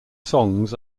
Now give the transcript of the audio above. songs